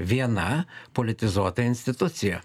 viena politizuota institucija